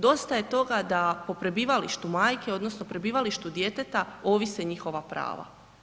Dosta je toga da po prebivalištu majke odnosno prebivalištu djeteta ovise njihova prava.